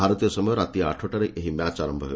ଭାରତୀୟ ସମୟ ରାତି ଆଠଟାରେ ଏହି ମ୍ୟାଚ୍ ଆରମ୍ଭ ହେବ